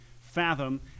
fathom